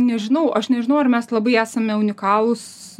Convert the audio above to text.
nežinau aš nežinau ar mes labai esame unikalūs